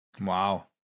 Wow